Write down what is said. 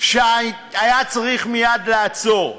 שהיה צריך לעצור מייד.